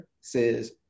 says